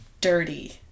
dirty